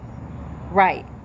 right